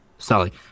sally